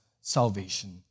salvation